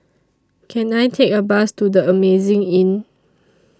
Can I Take A Bus to The Amazing Inn